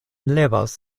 levas